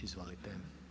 Izvolite.